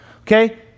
okay